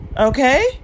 okay